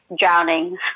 drowning